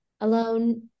alone